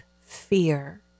fear